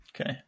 Okay